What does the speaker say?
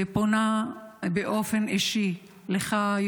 ופונה באופן אישי אליך,